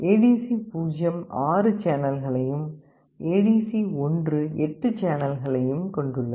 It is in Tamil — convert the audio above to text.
ஏடிசி0 ஆறு சேனல்களையும் ADC1 எட்டு சேனல்களையும் கொண்டுள்ளது